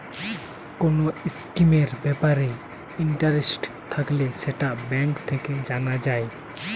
কোন স্কিমের ব্যাপারে ইন্টারেস্ট থাকলে সেটা ব্যাঙ্ক থেকে জানা যায়